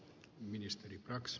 nämä ed